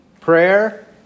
prayer